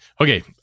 Okay